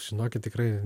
žinokit tikrai